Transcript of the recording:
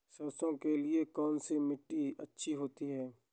सरसो के लिए कौन सी मिट्टी अच्छी होती है?